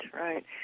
right